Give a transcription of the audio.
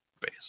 base